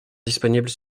disponibles